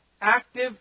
active